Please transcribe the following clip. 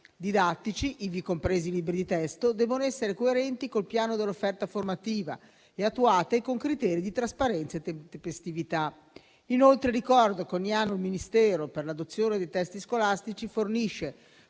didattici, ivi compresi i libri di testo, devono essere coerenti con il piano dell'offerta formativa e attuati con criteri di trasparenza e tempestività. Inoltre, ricordo che ogni anno il Ministero per l'adozione dei testi scolastici fornisce,